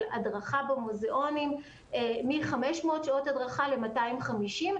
הדרכה במוזיאונים מ-500 שעות הדרכה ל-250,